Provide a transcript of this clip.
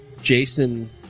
Jason